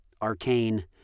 Arcane